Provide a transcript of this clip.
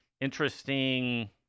Interesting